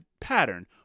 pattern